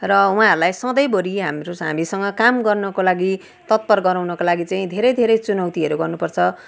र उहाँहरूलाई सधैँभरि हाम्रो हामीसँग काम गर्नको लागि तत्पर गराउनुको लागि चाहिँ धेरै धेरै चुनौतीहरू गर्नु पर्छ